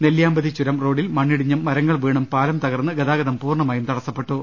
നെല്ലിയാമ്പതി ചുരം റോഡിൽ മണ്ണിടിഞ്ഞും മരങ്ങൾ വീണും പാലം തകർന്ന് ഗതാഗതം പൂർണമായും തടസ്സപ്പെട്ടു